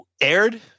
Aired